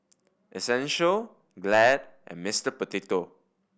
Essential Glad and Mister Potato